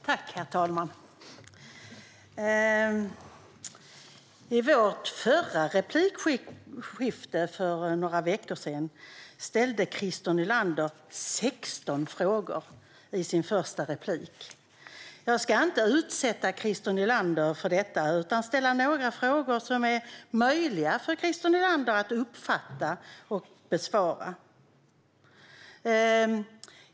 Herr talman! I mitt och Christer Nylanders förra replikskifte, för några veckor sedan, ställde han 16 frågor i sin första replik. Jag ska inte utsätta honom för det, utan jag ska ställa några frågor som det är möjligt för Christer Nylander att uppfatta och besvara.